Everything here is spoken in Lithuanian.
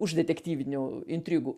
už detektyvinių intrigų